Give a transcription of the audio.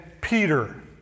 Peter